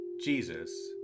Jesus